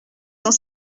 dans